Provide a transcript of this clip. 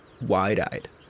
Wide-eyed